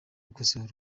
gukosorwa